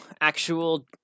actual